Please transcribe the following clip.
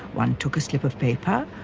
one took a slip of paper,